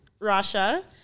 rasha